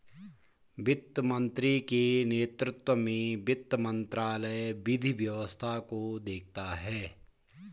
वित्त मंत्री के नेतृत्व में वित्त मंत्रालय विधि व्यवस्था को देखता है